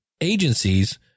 agencies